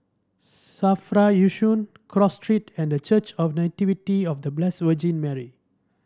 Safra Yishun Cross Street and Church of Nativity of The Blessed Virgin Mary